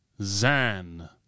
Zan